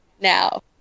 now